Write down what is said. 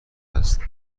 است